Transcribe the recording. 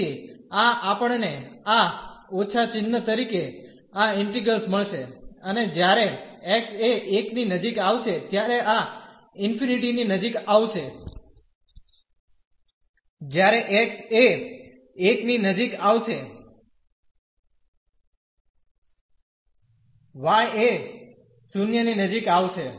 તેથી આ આપણને આ ઓછા ચિહ્ન તરીકે આ ઈન્ટિગ્રલ મળશે અને જ્યારે x એ 1 ની નજીક આવશે ત્યારે આ ∞ ની નજીક આવશે જ્યારે x એ 1 ની નજીક આવશે y એ 0 ની નજીક આવશે